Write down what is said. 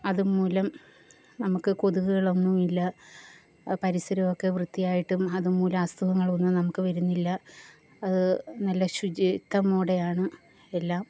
അതു മൂലം നമുക്ക് കൊതുകുകളൊന്നുമില്ല പരിസരമൊക്കെ വൃത്തിയായിട്ടും അതു മൂലസുഖങ്ങളൊന്നും നമുക്ക് വരുന്നില്ല അതു നല്ല ശുചിത്വമോടെയാണ് എല്ലാം